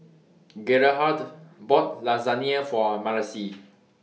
Gerhardt bought Lasagne For Marcie